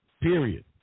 period